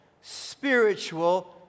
spiritual